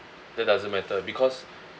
that doesn't matter because